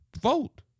vote